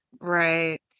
Right